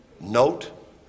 note